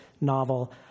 novel